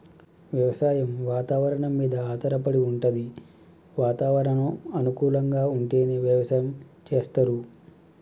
వ్యవసాయం వాతవరణం మీద ఆధారపడి వుంటది వాతావరణం అనుకూలంగా ఉంటేనే వ్యవసాయం చేస్తరు